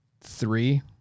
three